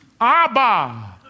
Abba